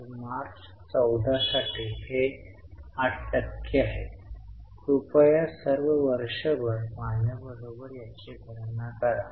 तर मार्च14 साठी हे 8 टक्के आहे कृपया सर्व वर्षभर माझ्याबरोबर याची गणना करा